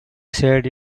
said